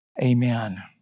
Amen